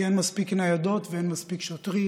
כי אין מספיק ניידות ואין מספיק שוטרים.